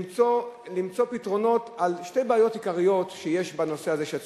למצוא פתרונות לשתי בעיות עיקריות שיש בנושא הזה של הצפיפות.